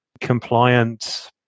compliant